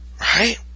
Right